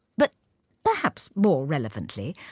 but perhaps more relevantly,